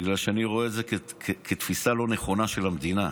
בגלל שאני רואה את זה כתפיסה לא נכונה של המדינה,